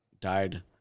died